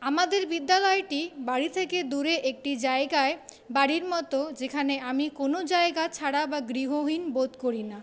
আমাদের বিদ্যালয়টি বাড়ি থেকে দূরে একটি জায়গায় বাড়ির মতো যেখানে আমি কোনো জায়গা ছাড়া বা গৃহহীন বোধ করিনা